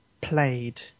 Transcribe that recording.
played